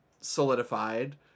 solidified